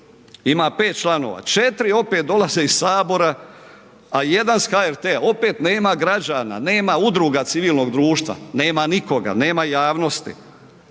ima 5 članova, 4 opet dolaze iz sabora, a 1 s HRT-a, opet nema građana, nema udruga civilnog društva, nema nikoga, nema javnosti,